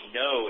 no